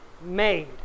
made